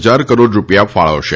હજાર કરોડ રૂપિયા ફાળવશે